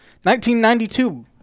1992